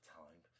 time